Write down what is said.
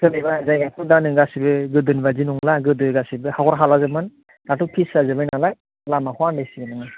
सोरनिबा जायगाखौ दा नों गासैबो गोदोनि बादि नंला गोदो गासैबो हाखर हालाजोबमोन दाथ' ब्रिज जाजोबबाय नालाय लामाखौ आन्दायसिगोन नोङो